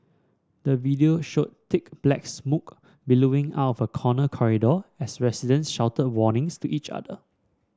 the video showed thick black smoke billowing out of a corner corridor as residents shouted warnings to each other